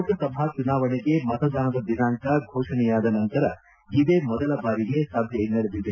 ಲೋಕಸಭಾ ಚುನಾವಣೆಗೆ ಮತದಾನದ ದಿನಾಂಕ ಘೋಷಣೆಯಾದ ನಂತರ ಇದೇ ಮೊದಲ ಬಾರಿಗೆ ಸಭೆ ನಡೆದಿದೆ